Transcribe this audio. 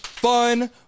Fun